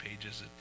pages